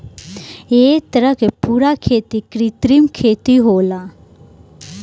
ए तरह के पूरा खेती कृत्रिम खेती होला